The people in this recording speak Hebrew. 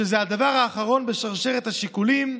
שזה הדבר האחרון בשרשרת השיקולים?